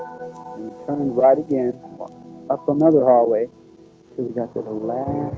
and and right again walked up another hallway till we got to the last